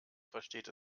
versteht